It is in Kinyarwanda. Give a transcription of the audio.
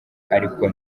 ariko